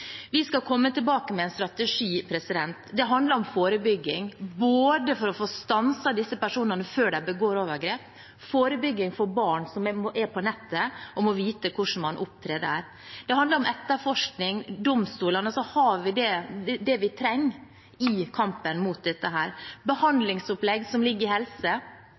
Vi skal komme tilbake med en strategi. Det handler om forebygging for å få stanset disse personene før de begår overgrep og forebygging for barn som er på nettet og må vite hvordan man opptrer der. Det handler om etterforskning, i domstolene har vi det vi trenger i kampen mot dette. Det handler om behandlingsopplegg som ligger til helse